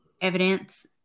evidence